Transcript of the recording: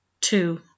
Two